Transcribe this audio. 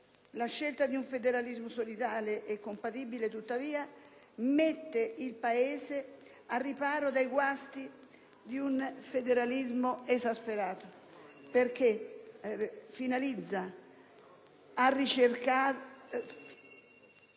La scelta di un federalismo solidale e compatibile, tuttavia, mette il Paese al riparo dai guasti di un federalismo esasperato, perché è finalizzata a ricercare